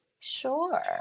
sure